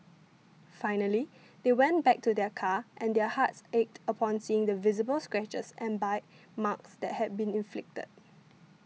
finally they went back to their car and their hearts ached upon seeing the visible scratches and bite marks that had been inflicted